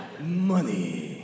Money